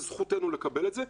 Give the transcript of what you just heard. זכותם לקבל את זה,